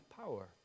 power